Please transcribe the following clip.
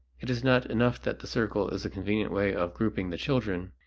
it is not enough that the circle is a convenient way of grouping the children.